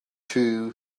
too